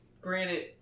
granted